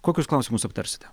kokius klausimus aptarsite